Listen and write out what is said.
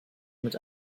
mit